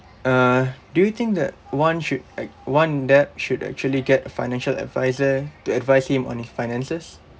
uh do you think that one should act one in debt should actually get a financial advisor to advise him on his finances